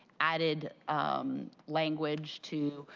added language to